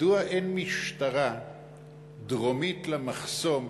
מדוע אין משטרה דרומית למחסום